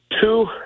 two